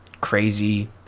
crazy